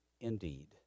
indeed